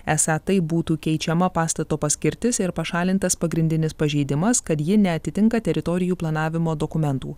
esą taip būtų keičiama pastato paskirtis ir pašalintas pagrindinis pažeidimas kad ji neatitinka teritorijų planavimo dokumentų